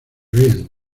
bien